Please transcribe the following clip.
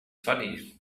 funny